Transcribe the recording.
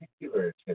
particular